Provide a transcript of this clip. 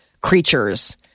creatures